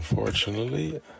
Unfortunately